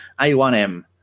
A1M